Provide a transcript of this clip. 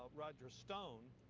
roger stone.